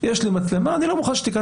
יש לי מצלמה; אני לא מוכן שתיכנס.